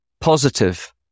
positive